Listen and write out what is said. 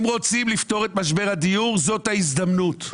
אם רוצים לפתור את משבר הדיור, זאת ההזדמנות.